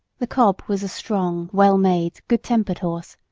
the cob was a strong, well-made, good-tempered horse,